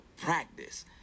practice